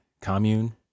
Commune